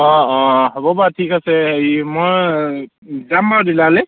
অঁ অঁ হ'ব বাৰু ঠিক আছে হেৰি মই যাম বাৰু ডিলৰলৈ